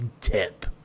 tip